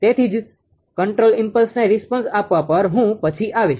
તેથી જ કંટ્રોલ ઈમ્પલ્સને રિસ્પોન્સ આપવા પર હું પછી આવીશ